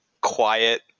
quiet